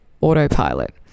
autopilot